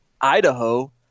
Idaho